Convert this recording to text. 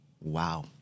Wow